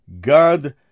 God